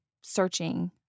searching